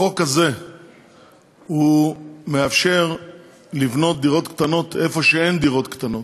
החוק הזה מאפשר לבנות דירות קטנות במקומות שאין דירות קטנות.